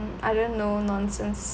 I don't know nonsense